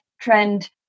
trend